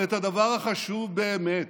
אבל את הדבר החשוב באמת,